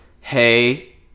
Hey